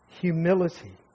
humility